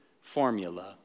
formula